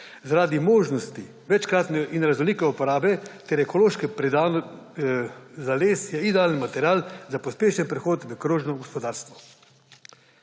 Zaradi možnosti večkratne in raznolike uporabe ter ekološke predelave je les idealen material za pospešen prehod v krožno gospodarstvo.